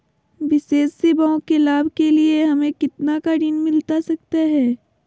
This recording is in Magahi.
विशेष सेवाओं के लाभ के लिए हमें कितना का ऋण मिलता सकता है?